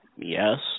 Yes